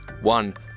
one